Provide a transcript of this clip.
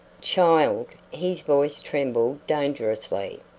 child, his voice trembled dangerously,